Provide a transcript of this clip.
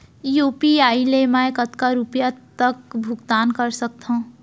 UPI ले मैं कतका रुपिया तक भुगतान कर सकथों